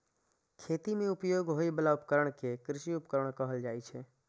खेती मे उपयोग होइ बला उपकरण कें कृषि उपकरण कहल जाइ छै